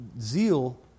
Zeal